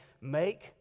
make